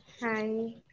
hi